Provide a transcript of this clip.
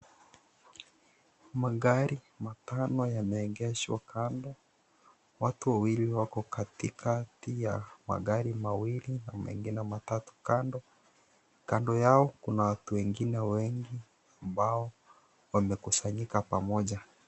Magari matano yameegeshwa kando, watu wawili wako katikati ya magari mawili kuna mengine matatu kando yao kuna watu wengine wengi ambao wamekusanyika pamoja.